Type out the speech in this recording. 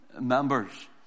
members